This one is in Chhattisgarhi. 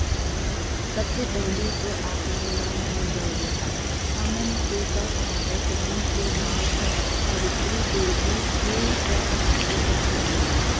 सबले पहिली तो आप ला मोर जय जोहार, हमन के स्व सहायता समूह के नांव सावित्री देवी फूले स्व सहायता समूह हे